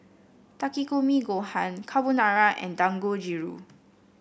Takikomi Gohan Carbonara and Dangojiru